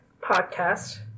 podcast